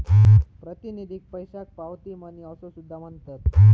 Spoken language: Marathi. प्रातिनिधिक पैशाक पावती मनी असो सुद्धा म्हणतत